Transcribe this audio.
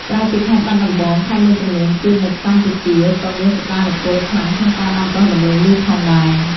ក្រៅពីខេត្តបាត់ដំបង ខេត្តមួយចំនួនទៀតនៅកម្ពុជាក៏មានសក្ដានុពលខ្លាំងក្នុងការដាំដុះដំឡូងមីផងដែរ។